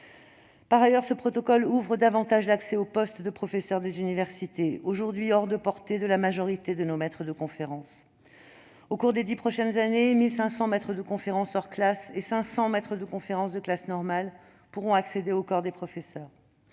Par ailleurs, ce protocole ouvre davantage l'accès aux postes de professeur des universités, aujourd'hui hors de portée de la majorité de nos maîtres de conférences. Au cours des dix prochaines années, 1 500 maîtres de conférences hors classe et 500 maîtres de conférences de classe normale pourront accéder au corps des professeurs.